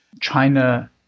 China